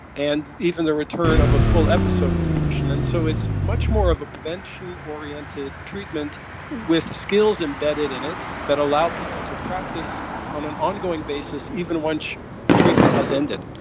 and even the return of a full episode of depression. and so it's much more of a prevention oriented treatment with skills embedded in it that allow people to practice on an ongoing basis, even once treatment has ended.